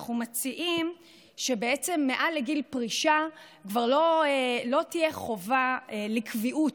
אנחנו מציעים שבעצם מעל גיל פרישה כבר לא תהיה חובה לקביעות,